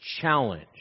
challenge